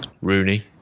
Rooney